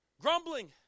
grumbling